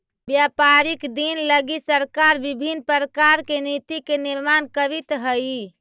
व्यापारिक दिन लगी सरकार विभिन्न प्रकार के नीति के निर्माण करीत हई